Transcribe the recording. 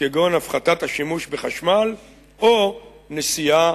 כגון הפחתת השימוש בחשמל או נסיעה